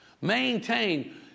Maintain